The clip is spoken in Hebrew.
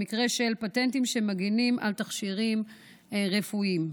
במקרה של פטנטים שמגינים על תכשירים רפואיים.